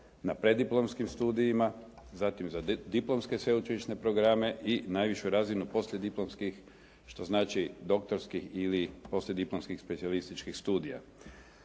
na preddiplomskim studijima, zatim za diplomske sveučilišne programe i najvišu razinu poslije diplomskih što znači doktorskih ili poslije diplomskih specijalističkih studija.